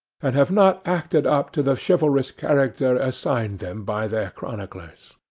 and have not acted up to the chivalrous character assigned them by their chroniclers.